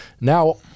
now